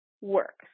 works